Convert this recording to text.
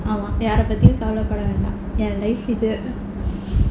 ஆமா யார பத்தியும் கவலை பட வேண்டாம் என்:aamaa yaara pathiyum kavalai pada vendaam en life இது:ithu